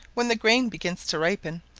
when the grain begins to ripen,